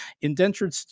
Indentured